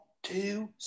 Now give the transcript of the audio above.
Two